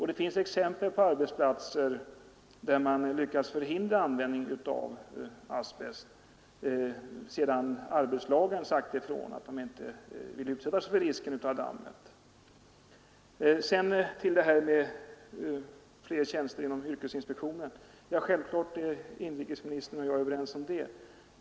Det finns exempel på arbetsplatser där man lyckats förhindra användning av asbest sedan arbetslagen sagt ifrån att de inte vill utsätta sig för risken med dammet. Detta med fler tjänster inom yrkesinspektionen är självfallet inrikesministern och jag överens om.